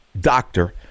doctor